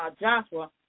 Joshua